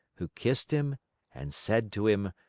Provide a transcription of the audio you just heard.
who kissed him and said to him,